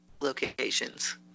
locations